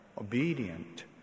obedient